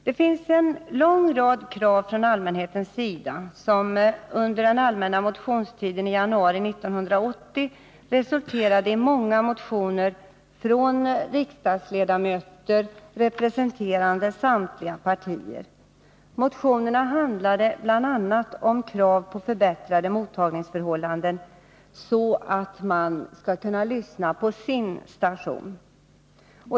Det finns en lång rad krav från allmänhetens sida, som under den allmänna motionstiden i januari 1980 resulterade i många motioner från riksdagsledamöter, representerande samtliga partier. Motionerna handlade bl.a. om krav på förbättrade mottagningsförhållanden, så att man skulle kunna lyssna på ”sin” station.